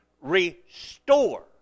restore